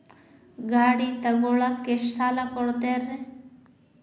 ಗಾಡಿ ತಗೋಳಾಕ್ ಎಷ್ಟ ಸಾಲ ಕೊಡ್ತೇರಿ?